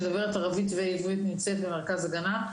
שמדברת ערבית ועברית ונמצאת במרכז הגנה.